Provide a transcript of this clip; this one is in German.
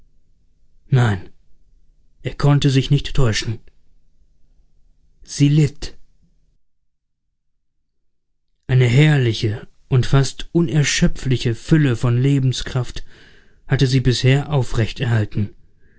nein er konnte sich nicht täuschen sie litt eine herrliche und fast unerschöpfliche fülle von lebenskraft hatte sie bisher aufrecht erhalten